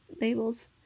labels